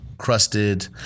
crusted